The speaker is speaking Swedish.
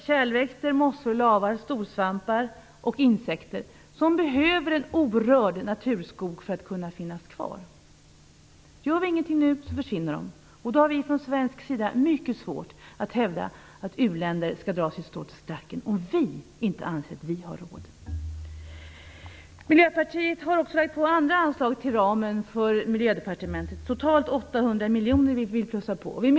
Kärlväxter, mossor, lavar, storsvampar och insekter behöver en orörd naturskog för att finnas kvar. Gör vi ingenting nu försvinner de. Om vi från svensk sida anser att vi inte har råd får vi mycket svårt att hävda att u-länder skall dra sitt strå till stacken. Miljöpartiet har också lagt till andra anslag inom ramen för Miljödepartementet. Vi vill plussa på totalt 800 miljoner.